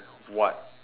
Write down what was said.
what